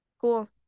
cool